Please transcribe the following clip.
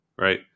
right